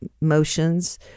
motions